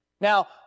Now